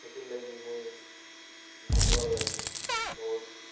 ହେଥିର୍ ଲାଗି ମୁଇଁ ବୁଲ୍ବାର୍ ଲାଗି ବହୁତ